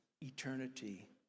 eternity